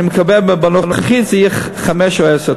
אני מקווה שבנוכחית, זה יהיה חמש או עשר.